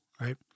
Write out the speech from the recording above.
right